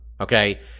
okay